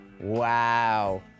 Wow